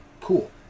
cool